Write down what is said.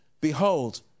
Behold